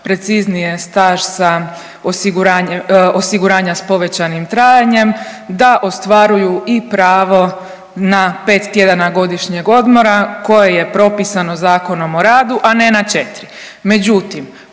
preciznije staž sa osiguranje…, osiguranja s povećanim trajanjem da ostvaruju i pravo na 5 tjedana godišnjeg odmora koje je propisano ZOR-om, a ne na 4,